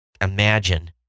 imagine